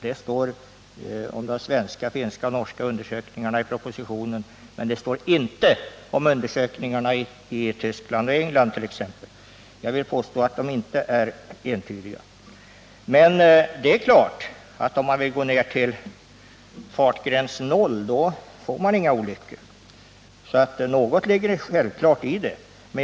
Det står om de svenska, finska och norska undersökningarna i propositionen, men det står inte om undersökningarna t.ex. i Tyskland och England. Jag vill påstå att de inte är entydiga. Men det är klart att om man vill gå ned till fartgräns 0 får man inga olyckor, så något ligger det självfallet i detta.